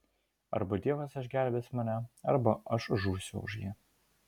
arba dievas išgelbės mane arba aš žūsiu už jį